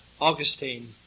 Augustine